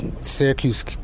Syracuse